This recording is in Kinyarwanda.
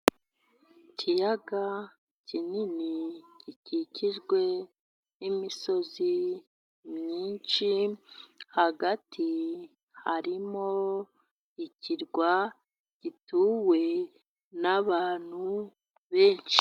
Ikiyaga kinini gikikijwe n'imisozi myinshi, hagati harimo ikirwa gituwe nabantu benshi.